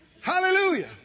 Hallelujah